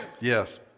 Yes